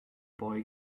boy